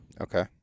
Okay